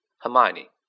Hermione